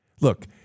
Look